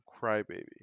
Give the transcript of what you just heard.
crybaby